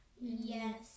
Yes